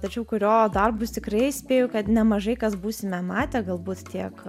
tačiau kurio darbus tikrai spėju kad nemažai kas būsime matę galbūt tiek